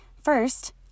First